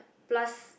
plus